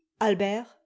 albert